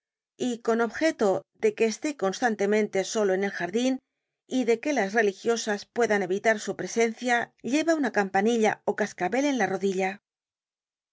y con objeto de que esté constantemente solo en el jardin y de que las religiosas puedan evitar su presencia lleva una campanilla ó cascabel en la rodilla